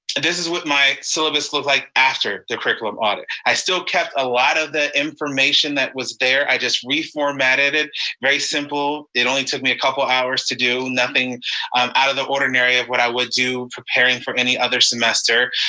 this is what my syllabus looked like after the curriculum audit. i still kept a lot of the information that was there, i just reformatted it very simple. it only took me a couple hours to do. nothing out of the ordinary of what i would do preparing for any other semester,